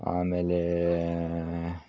ಆಮೇಲೆ